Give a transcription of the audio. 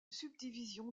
subdivision